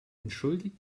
entschuldigt